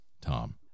Tom